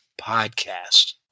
Podcast